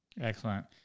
Excellent